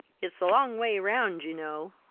it's the long way round, ye know.